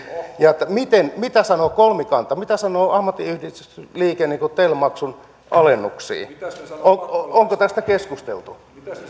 ja mitä sanoo kolmikanta mitä sanoo ammattiyhdistysliike tel maksun alennuksista onko tästä keskusteltu